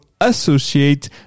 associate